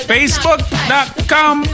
Facebook.com